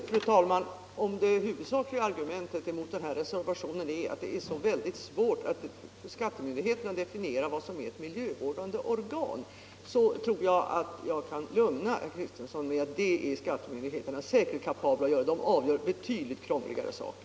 Fru talman! Om det huvudsakliga argumentet mot reservationen 1 är att det är så svårt för skattemyndigheterna att definiera vad som är ett miljövårdande organ, kan jag lugna herr Kristenson med att det är skattemyndigheterna säkert kapabla att klara. De avgör betydligt krångligare saker.